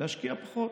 להשקיע פחות.